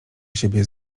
siebie